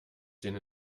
den